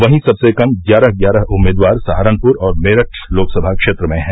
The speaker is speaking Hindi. वहीं सबसे कम ग्यारह ग्यारह उम्मीदवार सहारनपुर और मेरठ लोकसभा क्षेत्र में हैं